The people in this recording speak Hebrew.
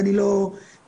ואני לא אתייחס.